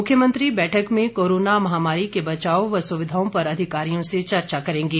मुख्यमंत्री बैठक में कोरोना महामारी के बचाव व सुविधाओं पर अधिकारियों से चर्चा करेंगे